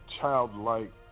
childlike